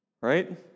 Right